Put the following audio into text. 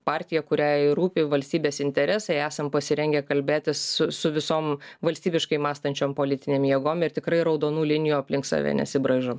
partija kuriai rūpi valstybės interesai esam pasirengę kalbėtis su visom valstybiškai mąstančiom politinėm jėgom ir tikrai raudonų linijų aplink save nesibraižom